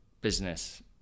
business